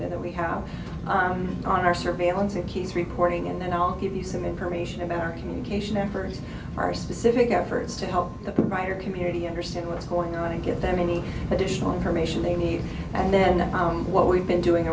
that we how on our surveillance and he's reporting and then i'll give you some information about our communication efforts are specific efforts to help the writer community understand what's going on and give them any additional information they need and then what we've been doing